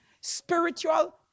Spiritual